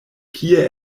kie